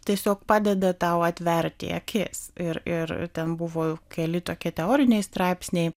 tiesiog padeda tau atverti akis ir ir ten buvo keli tokie teoriniai straipsniai